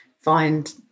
find